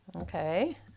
Okay